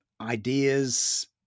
ideas